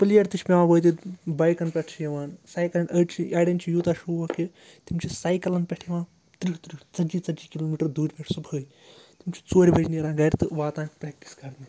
player تہِ چھِ پٮ۪وان وٲتِتھ بایکَن پٮ۪ٹھ چھِ یِوان سایکَلَن أڑۍ چھِ اَڑٮ۪ن چھِ یوٗتاہ شوق کہِ تِم چھِ سایکَلَن پٮ۪ٹھ یِوان تٕرٛہ تٕرٛہ ژَتجی ژَتجی کِلوٗمیٖٹَر دوٗرِ پٮ۪ٹھ صُبحٲے تِم چھِ ژورِ بَجہِ نیران گَرِ تہٕ واتان پرٛٮ۪کٹٕس کَرنہِ